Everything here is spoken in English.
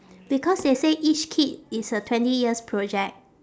because they say each kid is a twenty years project